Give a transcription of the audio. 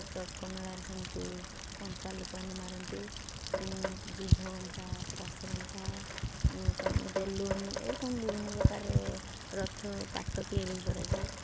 ଚଡ଼୍କ ମେଳାରେ ସେମ୍ତି କଣ୍ଟା ଲୋକମାନେ ମାରନ୍ତି ଜିଭ କଣ୍ଟା ବାସ କଣ୍ଟା ବେଲୁନ୍ ଏଇ ରକମ ବିଭିନ୍ନ ପ୍ରକାରର ରଥ ପାଟ ତିଆରି କରାଯାଏ